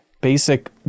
basic